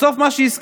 בסוף מה שיזכרו,